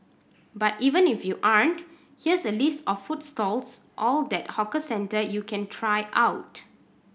but even if you aren't here is a list of food stalls all that hawker center you can try out